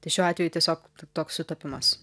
tai šiuo atveju tiesiog toks sutapimas